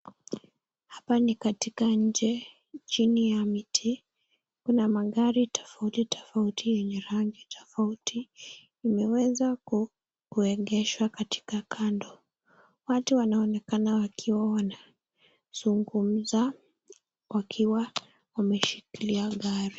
Hapa ni katika nje, chini ya mti. Kuna magari tofauti tofauti yenye rangi tofauti tofauti imeweza kuegeshwa katika kando. Watu wanaonekana wakiwa wanazungumza, wakiwa wameshikilia gari.